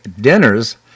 dinners